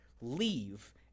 leave